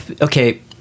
okay